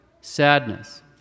Sadness